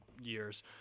years